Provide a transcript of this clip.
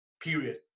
Period